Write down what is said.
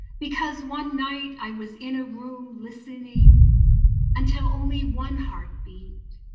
because one night i was in a room listening until only one heart beat.